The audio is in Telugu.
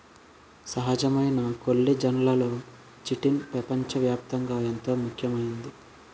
సహజమైన కొల్లిజన్లలో చిటిన్ పెపంచ వ్యాప్తంగా ఎంతో ముఖ్యమైంది